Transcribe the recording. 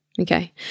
Okay